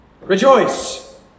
Rejoice